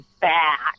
back